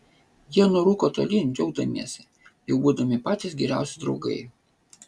jie nurūko tolyn džiaugdamiesi jau būdami patys geriausi draugai